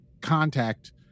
contact